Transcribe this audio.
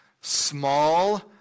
small